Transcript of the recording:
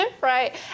right